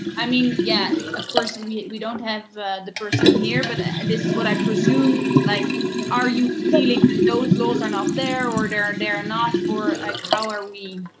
i mean, yeah of course we we don't have the person here but this is what i presume, like are you feeling those laws are not there, or they're and they're not for, like how are we?